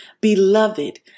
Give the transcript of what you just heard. Beloved